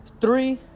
Three